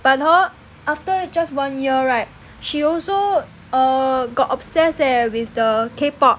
but hor after just one year right she also err got obsessed leh with the K pop